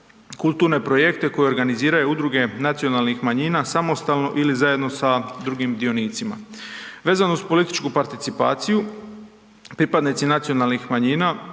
kulturne projekte koje organiziraju udruge nacionalnih manjina samostalno ili zajedno sa drugim dionicama. Vezano uz političku participaciju, pripadnici nacionalnih manjina